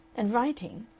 and writing.